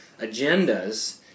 agendas